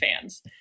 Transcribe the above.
fans